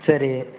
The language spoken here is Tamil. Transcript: சரி